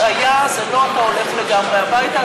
השעיה זה לא שאתה הולך לגמרי הביתה,